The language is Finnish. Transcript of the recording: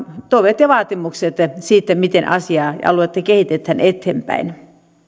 toiveet ja vaatimukset siitä miten asiaa ja aluetta kehitetään eteenpäin